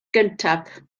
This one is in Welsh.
gyntaf